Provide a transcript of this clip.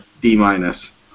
D-minus